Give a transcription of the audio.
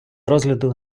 розгляду